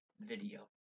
video